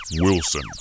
Wilson